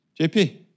JP